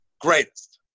Greatest